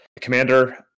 Commander